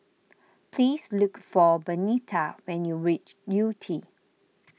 please look for Benita when you reach Yew Tee